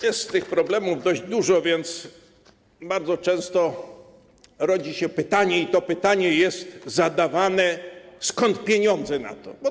Jest tych problemów dość dużo, więc bardzo często rodzi się pytanie, i to pytanie jest zadawane, skąd wziąć na to pieniądze.